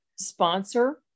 sponsor